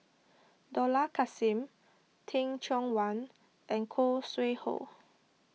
Dollah Kassim Teh Cheang Wan and Khoo Sui Hoe